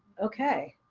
okay,